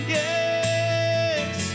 yes